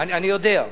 אני יודע.